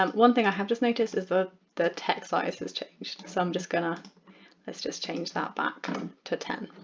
um one thing i have just noticed is that the text size has changed so i'm just gonna let's just change that back to ten.